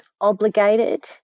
obligated